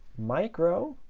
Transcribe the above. micro